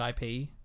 IP